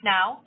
Now